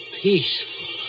peaceful